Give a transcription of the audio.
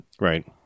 Right